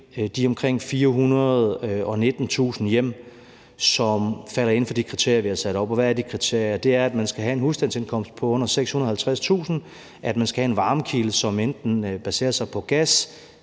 de omkring 419.000 hjem, som falder inden for de kriterier, vi har sat op. Og hvad er de kriterier? De er, at man skal have en husstandsindtægt på under 650.000 kr., og at man skal have en varmekilde, som enten baserer sig på gas